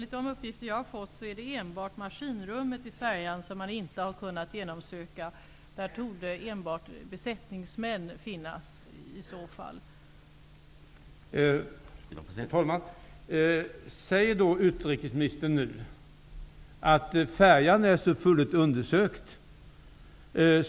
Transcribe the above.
Herr talman! Säger utrikesministern nu att färjan är till fullo undersökt?